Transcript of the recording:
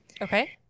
Okay